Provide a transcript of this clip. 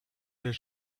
their